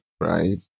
right